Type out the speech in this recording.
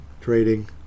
trading